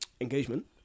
engagement